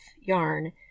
yarn